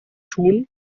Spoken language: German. tun